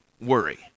worry